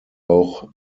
auch